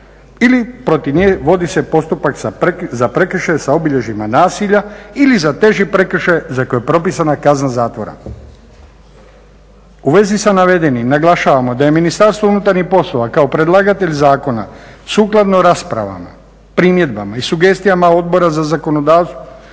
se protiv nje vodi postupak za prekršaje sa obilježjima nasilja ili za teži prekršaj za koji je propisana kazna zatvora. U vezi sa navedenim naglašavamo da je MUP kao predlagatelj zakona sukladno raspravama, primjedbama i sugestijama Odbora za zakonodavstvo,